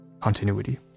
Continuity